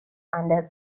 under